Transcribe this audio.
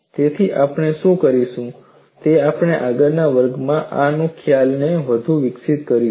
તેથી આપણે શું કરીશું તે આપણે આગળના વર્ગમાં આ ખ્યાલોને વધુ વિકસિત કરીશું